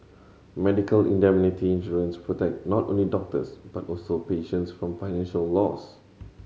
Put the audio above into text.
medical indemnity insurance protect not only doctors but also patients from financial loss